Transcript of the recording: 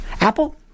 Apple